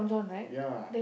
ya